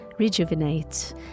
rejuvenate